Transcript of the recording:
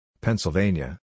Pennsylvania